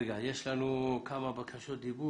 תודה רבה לך, אדוני היושב ראש.